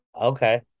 Okay